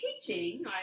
teaching